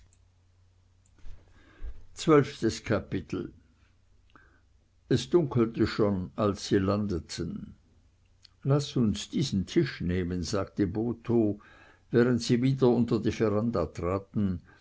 zwölftes kapitel es dunkelte schon als sie landeten laß uns diesen tisch nehmen sagte botho während sie wieder unter die veranda traten